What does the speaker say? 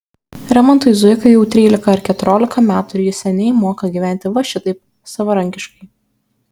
rimantui zuikai jau trylika ar keturiolika metų ir jis seniai moka gyventi va šitaip savarankiškai